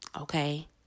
okay